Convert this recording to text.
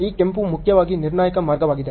ಈ ಕೆಂಪು ಮುಖ್ಯವಾಗಿ ನಿರ್ಣಾಯಕ ಮಾರ್ಗವಾಗಿದೆ